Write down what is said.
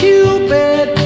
Cupid